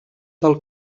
del